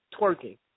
twerking